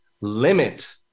limit